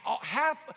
half